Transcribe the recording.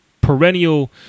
perennial